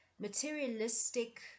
Materialistic